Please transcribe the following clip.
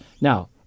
Now